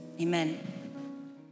amen